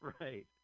Right